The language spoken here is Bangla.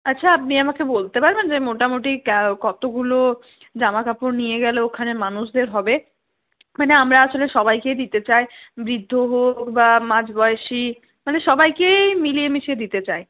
আচ্ছা আপনি আমাকে বলতে পারবেন যে মোটামোটি কতগুলো জামাকাপড় ওখানে নিয়ে গেলে মানুষদের হবে মানে আমরা আসলে সবাইকেই দিতে চাই বৃদ্ধ হোক বা মাঝ বয়সি মানে সবাইকেই মিলিয়ে মিশিয়ে দিতে চাই